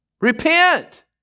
Repent